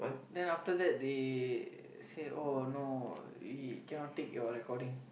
then after that they say oh no we cannot take your recording